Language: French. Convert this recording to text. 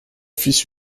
fils